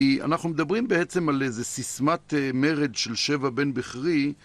כי אנחנו מדברים בעצם על איזה סיסמת מרד של שבע בן בכרי.